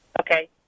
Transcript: Okay